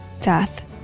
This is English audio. death